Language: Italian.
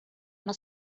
una